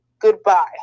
Goodbye